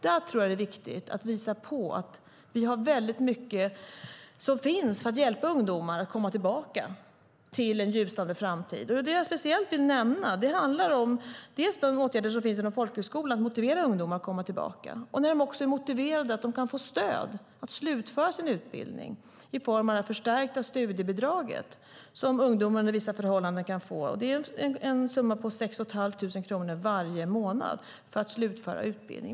Jag tror att det är viktigt att visa på att vi har mycket för att hjälpa ungdomar att komma tillbaka till en ljusnande framtid. Det jag speciellt vill nämna är de åtgärder som finns inom folkhögskolan för att motivera ungdomar att komma tillbaka. När de är motiverade kan de också få stöd att slutföra sin utbildning i form av det förstärkta studiebidrag som ungdomar under vissa förhållanden kan få. Det är en summa på 6 500 kronor varje månad för att slutföra utbildning.